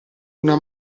una